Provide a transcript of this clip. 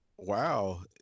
Wow